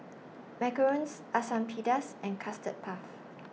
Macarons Asam Pedas and Custard Puff